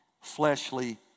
fleshly